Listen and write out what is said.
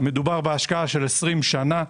מדובר בהשקעה של 20 שנה.